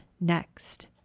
next